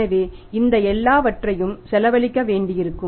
எனவே இந்த எல்லாவற்றையும் செலவழிக்க வேண்டியிருக்கும்